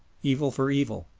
evil for evil,